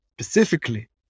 specifically